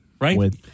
Right